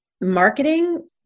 marketing